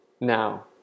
now